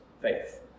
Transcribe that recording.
faith